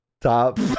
top